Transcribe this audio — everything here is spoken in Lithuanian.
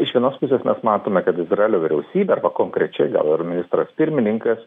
iš vienos pusės mes matome kad izraelio vyriausybė arba konkrečiai gal ir ministras pirmininkas